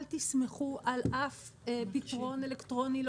אל תסמכו על אף פתרון אלקטרוני,